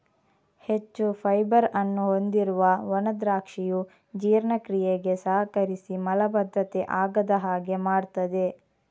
ಹೆಚ್ಚು ಫೈಬರ್ ಅನ್ನು ಹೊಂದಿರುವ ಒಣ ದ್ರಾಕ್ಷಿಯು ಜೀರ್ಣಕ್ರಿಯೆಗೆ ಸಹಕರಿಸಿ ಮಲಬದ್ಧತೆ ಆಗದ ಹಾಗೆ ಮಾಡ್ತದೆ